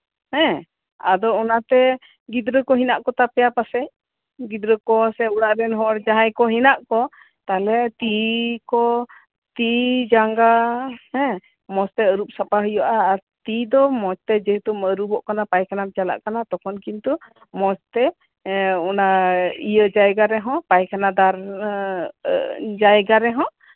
ᱦᱮᱸ ᱟᱫᱚ ᱚᱱᱟᱛᱮ ᱜᱤᱫᱽᱨᱟᱹ ᱠᱚ ᱢᱮᱱᱟᱜ ᱠᱚᱛᱟ ᱯᱮᱭᱟ ᱯᱟᱮᱡ ᱜᱤᱫᱽᱨᱟᱹ ᱠᱚ ᱥᱮ ᱚᱲᱟᱜ ᱨᱮᱱ ᱦᱚᱲ ᱡᱟᱸᱦᱟᱭ ᱠᱚ ᱦᱮᱱᱟᱜ ᱠᱟᱜ ᱠᱚ ᱛᱟᱦᱞᱮ ᱛᱤ ᱠᱚ ᱛᱤ ᱡᱟᱝᱜᱟ ᱢᱚᱸᱡ ᱛᱮ ᱟᱹᱨᱩᱵ ᱥᱟᱯᱷᱟ ᱦᱩᱭᱩᱜᱼᱟ ᱟᱨ ᱛᱤ ᱫᱚ ᱡᱮᱦᱮᱛᱩᱢ ᱟᱹᱨᱩᱵᱚᱜ ᱠᱟᱱᱟ ᱯᱟᱭᱠᱷᱟᱱᱟᱢ ᱪᱟᱞᱟᱜ ᱠᱟᱱᱟ ᱛᱚᱠᱷᱳᱱ ᱠᱤᱱᱛᱩ ᱢᱚᱸᱡᱛᱮ ᱚᱱᱟ ᱤᱭᱟᱹ ᱡᱟᱜᱟ ᱨᱮᱦᱚᱸ ᱯᱟᱭᱠᱷᱟᱱᱟ ᱫᱟᱨ ᱡᱟᱭᱜᱟ ᱨᱮᱦᱚᱸ